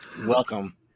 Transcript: Welcome